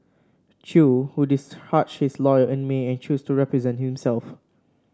Chew who discharged his lawyer in May and chose to represent himself